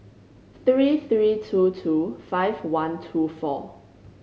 three three two two five one two four